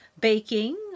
baking